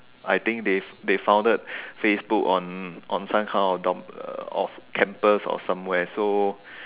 I think they they founded Facebook on on some kind of dump of campus or somewhere so